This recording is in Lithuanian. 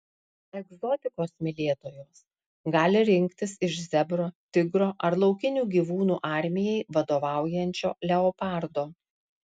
egzotikos mylėtojos gali rinktis iš zebro tigro ar laukinių gyvūnų armijai vadovaujančio leopardo